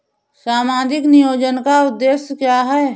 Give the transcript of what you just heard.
सामाजिक नियोजन का उद्देश्य क्या है?